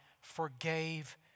forgave